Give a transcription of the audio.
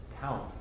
count